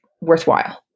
worthwhile